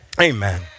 Amen